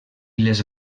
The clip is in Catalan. les